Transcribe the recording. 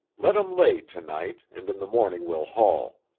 let em lay to-night, and in the morning we'll haul